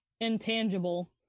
intangible